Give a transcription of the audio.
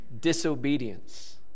disobedience